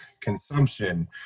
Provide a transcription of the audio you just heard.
consumption